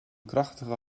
krachtige